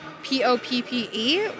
P-O-P-P-E